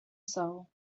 soul